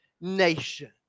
nation